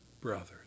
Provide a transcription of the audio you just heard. brothers